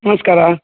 ನಮಸ್ಕಾರ